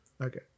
Okay